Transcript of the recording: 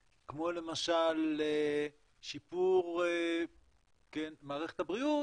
כמו למשל שיפור מערכת הבריאות,